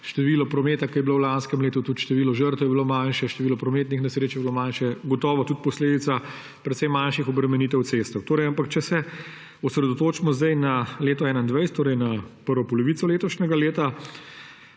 število prometa, ki je bilo v lanskem letu, tudi število žrtev je bilo manjše, število prometnih nesreč je bilo manjše, gotovo tudi posledica precej manjših obremenitev cest – če se osredotočimo zdaj na leto 2021, na prvo polovico letošnjega leta,